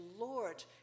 Lord